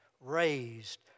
raised